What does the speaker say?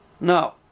No